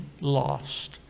lost